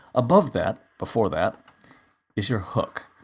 above that before that is your hook.